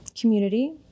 community